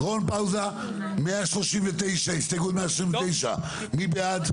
רון, פאוזה, הסתייגות 139, מי בעד?